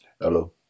Hello